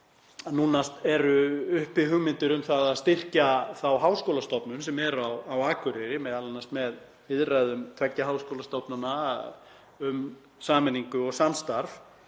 nú eru uppi hugmyndir um að styrkja þá háskólastofnun sem er á Akureyri, m.a. með viðræðum tveggja háskólastofnana um sameiningu og samstarf.